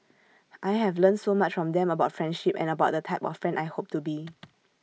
I have learnt so much from them about friendship and about the type of friend I hope to be